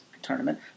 tournament